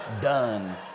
done